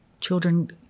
children